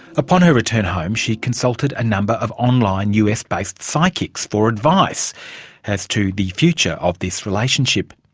upon her return home she consulted a number of online us-based psychics for advice as to the future of this relationship.